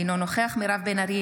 אינו נוכח מירב בן ארי,